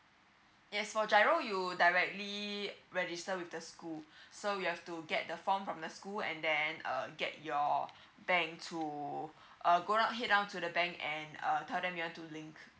yes for giro you directly register with the school so you have to get the form from the school and then um get your bank to uh go down head down to the bank and um tell them you want to link